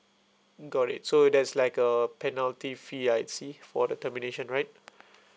got it so there's like a penalty fee I'D see for the termination right